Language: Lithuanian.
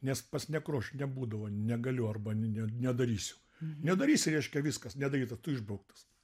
nes pas nekrošių nebūdavo negaliu arba ne nedarysiu nedarysi reiškia viskas nedaryta tu išbrauktas